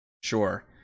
Sure